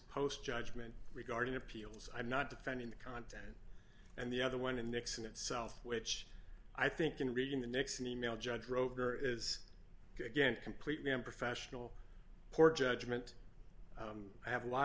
post judgment regarding appeals i'm not defending the content and the other one in nixon itself which i think in reading the next e mail judge wrote there is again completely unprofessional poor judgment i have a lot